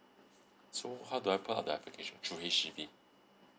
so how do I put up that application through H_D_B